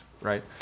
right